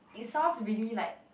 it sounds really like